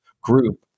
group